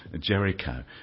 Jericho